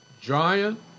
Giant